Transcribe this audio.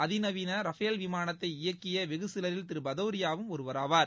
அதிநவீன ரஃபேல் விமானத்தை இயக்கிய வெகுசிவரில் திரு பதௌரியாவும் ஒருவரவராவார்